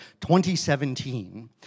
2017